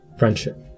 friendship